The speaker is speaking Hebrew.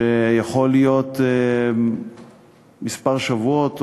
שיכול להיות כמה שבועות,